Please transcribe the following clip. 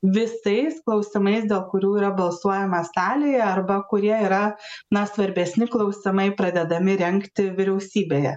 visais klausimais dėl kurių yra balsuojama salėje arba kurie yra na svarbesni klausimai pradedami rengti vyriausybėje